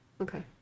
okay